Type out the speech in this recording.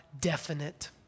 definite